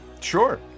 Sure